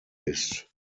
ist